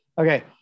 Okay